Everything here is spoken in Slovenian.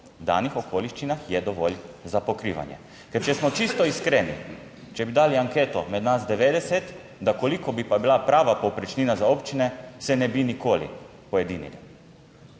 danih okoliščinah je dovolj za pokrivanje, ker če smo čisto iskreni, če bi dali anketo med nas 90, da kolikor bi pa bila prava povprečnina za občine, se ne bi nikoli poedinili,